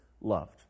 loved